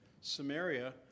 Samaria